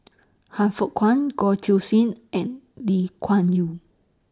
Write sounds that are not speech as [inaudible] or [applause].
Han Fook Kwang Goh [unintelligible] Siew and Lee Kuan Yew